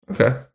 Okay